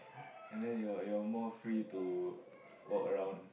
and then you're you're more free to walk around